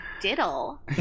diddle